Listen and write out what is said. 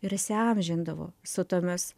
ir įsiamžindavo su tomis